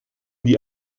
die